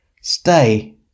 stay